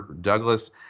Douglas